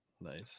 Nice